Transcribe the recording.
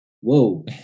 Whoa